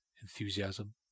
enthusiasm